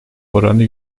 oranı